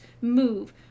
move